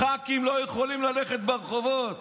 ח"כים לא יכולים ללכת ברחובות.